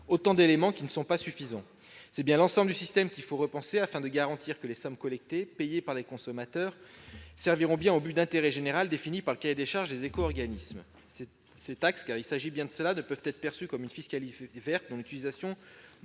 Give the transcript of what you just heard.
autant d'éléments qui ne sont pas suffisants. C'est bien l'ensemble du système qu'il faut repenser afin de garantir que les sommes collectées, payées par les consommateurs, serviront bien au but d'intérêt général défini par le cahier des charges des éco-organismes. Ces taxes, car il s'agit bien de cela, ne peuvent être perçues comme une fiscalité verte dont l'utilisation